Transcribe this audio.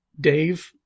Dave